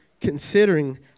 considering